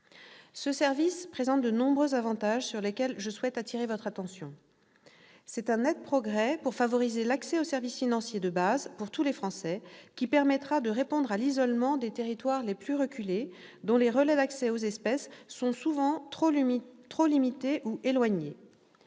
Ce service présente de nombreux avantages sur lesquels je souhaite attirer votre attention. C'est un net progrès pour favoriser l'accès aux services financiers de base pour tous les Français, qui permettra de répondre à l'isolement des territoires les plus reculés, dont les relais d'accès aux espèces sont souvent trop limités ou éloignés.